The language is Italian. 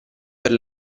per